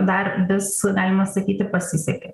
dar vis galima sakyti pasisekė